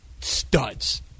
studs